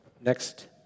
Next